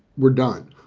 we're done.